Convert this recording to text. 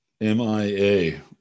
MIA